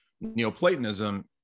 Neoplatonism